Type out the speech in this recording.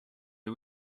are